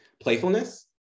playfulness